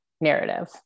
narrative